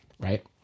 right